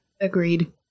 Agreed